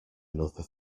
another